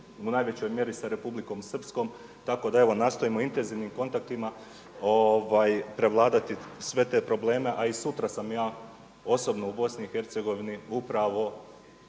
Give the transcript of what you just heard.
u najvećoj mjeri sa Republikom Srpskom tako da evo nastojimo intenzivnim kontaktima prevladavati sve te probleme a i sutra sam ja osobno u Bosni